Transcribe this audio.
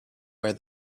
where